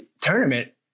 tournament